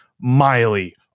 Miley